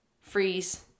freeze